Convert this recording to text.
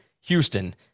Houston